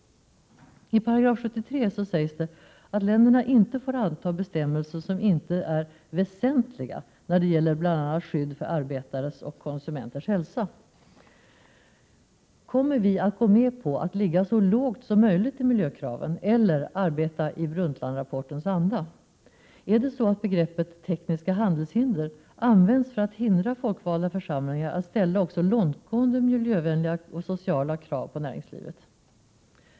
I § 73 sägs det att länderna inte får anta bestämmelser som inte är väsentliga när det gäller bl.a. skydd för arbetares och konsumenters hälsa. Kommer vi att gå med på att ligga så lågt som möjligt i miljökraven eller arbeta i Brundtlandrapportens anda? Används begreppet ”tekniska handelshinder” för att hindra folkvalda församlingar att ställa också långtgående miljövänliga och sociala krav på näringslivet?